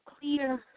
clear